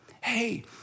Hey